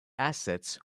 assets